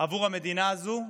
עבור המדינה הזאת,